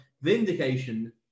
Vindication